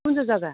कुन चाहिँ जग्गा